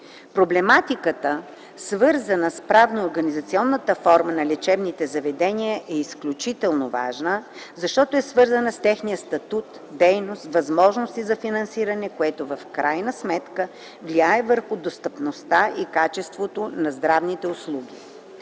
Проблематиката, свързана с правно-организационната форма на лечебните заведения, е изключително важна, защото е свързана с техния статут, дейност, възможности за финансиране, което в крайна сметка влияе върху достъпността и качеството на здравните услуги.